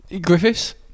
griffiths